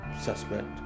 suspect